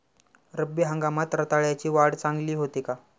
रब्बी हंगामात रताळ्याची वाढ चांगली होते का?